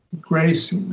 grace